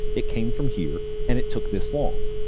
it came from here and it took this long.